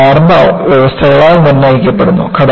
ഇത് പ്രാരംഭ വ്യവസ്ഥകളാൽ നിർണ്ണയിക്കപ്പെടുന്നു